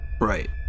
Right